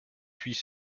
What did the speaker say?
puis